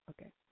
Okay